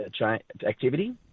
activity